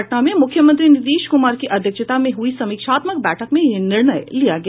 पटना में मुख्यमंत्री नीतीश कुमार की अध्यक्षता में हुई समीक्षात्मक बैठक में यह निर्णय लिया गया